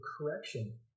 correction